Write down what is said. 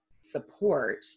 support